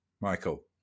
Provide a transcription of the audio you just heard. Michael